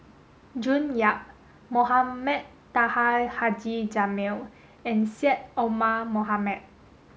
June Yap Mohamed Taha Haji Jamil and Syed Omar Mohamed